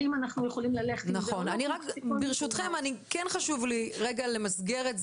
האם אנחנו יכולים ללכת --- ברשותכם חשוב לי למסגר את זה,